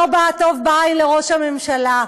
לא באה טוב בעין לראש הממשלה,